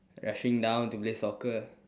rushing down to play soccer